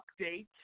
update